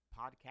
podcast